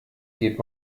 geht